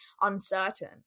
uncertain